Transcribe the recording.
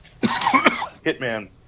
Hitman